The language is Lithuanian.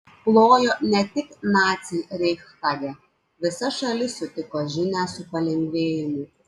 plojo ne tik naciai reichstage visa šalis sutiko žinią su palengvėjimu